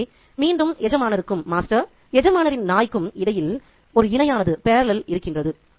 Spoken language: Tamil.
எனவே மீண்டும் எஜமானருக்கும் எஜமானரின் நாய்க்கும் இடையில் ஒரு இணையானது இருக்கின்றது